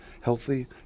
healthy